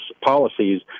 policies